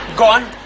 gone